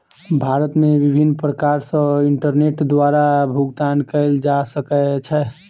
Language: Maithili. भारत मे विभिन्न प्रकार सॅ इंटरनेट द्वारा भुगतान कयल जा सकै छै